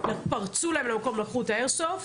פרצו להם למקום ולקחו את האיירסופט,